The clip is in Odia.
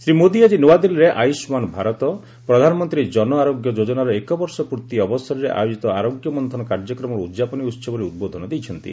ଶ୍ରୀ ମୋଦୀ ଆଜି ନୂଆଦିଲ୍ଲୀରେ ଆୟୁଷ୍ମାନ୍ ଭାରତ ପ୍ରଧାନମନ୍ତ୍ରୀ ଜନଆରୋଗ୍ୟ ଯୋଜନାର ଏକ ବର୍ଷ ପୂର୍ତ୍ତି ଅବସରରେ ଆୟୋଜିତ ଆରୋଗ୍ୟ ମନ୍ତୁନ କାର୍ଯ୍ୟକ୍ରମର ଉଦ୍ଯାପନୀ ଉହବରେ ଉଦ୍ବୋଧନ ଦେଇଛନ୍ତି